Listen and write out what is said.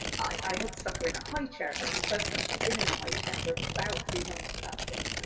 i had stuck her in a highchair, and it's the first time she's been in a high chair for about three months at that point, i